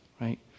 right